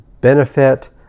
benefit